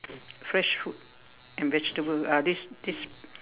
fresh fruit and vegetable ah this this